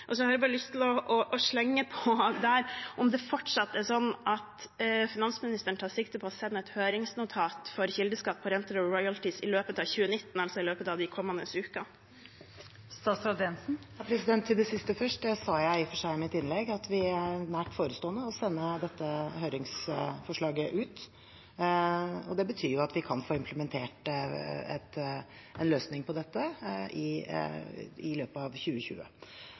Og så har jeg lyst til bare å slenge på der: Er det fortsatt sånn at finansministeren tar sikte på å sende et høringsnotat om kildeskatt på renter og royalty i løpet av 2019, altså i løpet av de kommende ukene? Til det siste først: Jeg sa i og for seg i mitt innlegg at det er nært forestående å sende dette høringsforslaget ut. Det betyr at vi kan få implementert en løsning på dette i løpet av 2020.